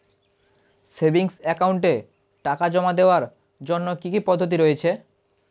Savings একাউন্টে টাকা জমা দেওয়ার জন্য কি কি পদ্ধতি রয়েছে?